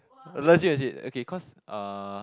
legit legit okay cause uh